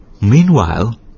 Meanwhile